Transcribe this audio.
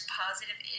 positive